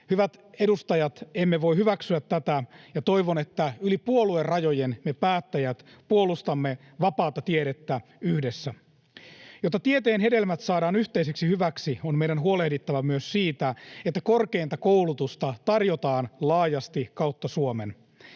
Hyvät edustajat, emme voi hyväksyä tätä, ja toivon, että yli puoluerajojen me päättäjät puolustamme vapaata tiedettä yhdessä. Jotta tieteen hedelmät saadaan yhteiseksi hyväksi, on meidän huolehdittava myös siitä, että korkeinta koulutusta tarjotaan laajasti kautta Suomen.